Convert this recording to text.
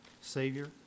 Savior